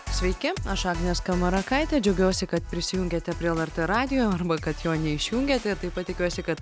sveiki aš agnė skamarakaitė džiaugiuosi kad prisijungėte prie lrt radijo arba kad jo neišjungėte taip pat tikiuosi kad